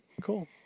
Cool